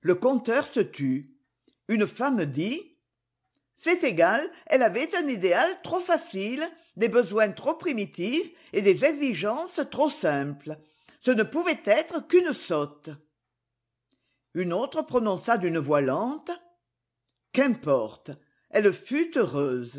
le conteur se tut une femme dit c'est égal elle avait un idéal trop facile des besoins trop primitifs et des exigences trop simples ce ne pouvait être qu'une sotte une autre prononça d'une voix lente qu'importe elle fut heureuse